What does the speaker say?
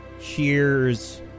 Cheers